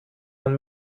man